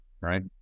right